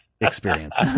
experience